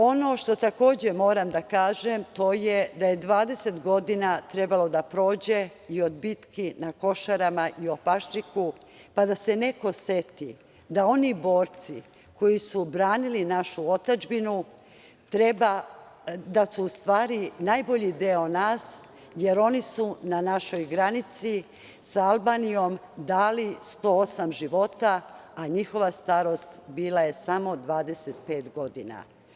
Ono što, takođe, moram da kažem, to je da je 20 godina trebalo da prođe i od bitki na Košarama i Paštriku, pa da se neko seti da su oni borci koji su branili našu otadžbinu u stvari najbolji deo nas, jer oni su na našoj granici sa Albanijom dali 108 života, a njihova starost bila je samo 25 godina.